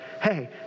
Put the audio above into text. hey